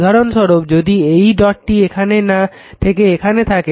উদাহরণস্বরূপ যদি এই ডটটি এখানে না থেকে এখানে থাকে